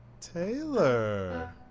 Taylor